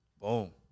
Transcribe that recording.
boom